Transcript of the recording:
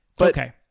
Okay